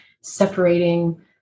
separating